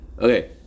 okay